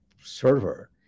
server